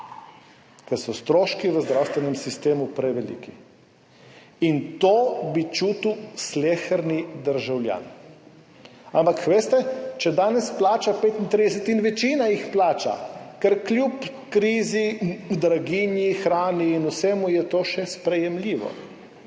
ker so stroški v zdravstvenem sistemu preveliki in bi to čutil sleherni državljan. Ampak veste, če danes plača 35, in večina jih plača, ker je kljub krizi, draginji, hrani in vsemu to še sprejemljivo,